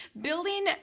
building